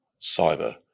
cyber